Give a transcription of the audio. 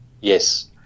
Yes